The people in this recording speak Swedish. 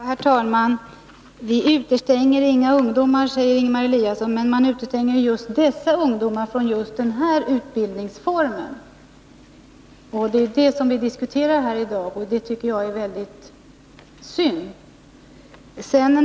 Herr talman! Vi utestänger inga ungdomar, säger Ingemar Eliasson, men vi utestänger ju just dessa ungdomar från just denna utbildningsform. Det är det vi diskuterar här i dag, och jag tycker att detta förhållande är väldigt beklagligt.